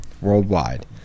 Worldwide